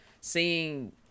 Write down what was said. seeing